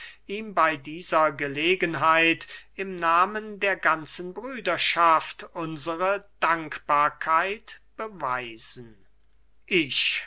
ihm bey dieser gelegenheit im nahmen der ganzen brüderschaft unsre dankbarkeit zu beweisen ich